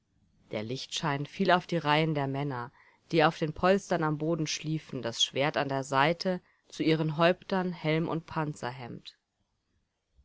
der lichtschein fiel auf die reihen der männer die auf den polstern am boden schliefen das schwert an der seite zu ihren häuptern helm und